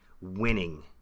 winning